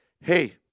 Hey